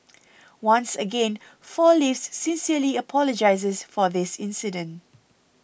once again Four Leaves sincerely apologises for this incident